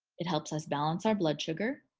it helps us balance our blood sugar.